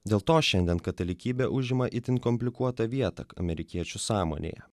dėl to šiandien katalikybė užima itin komplikuotą vietą amerikiečių sąmonėje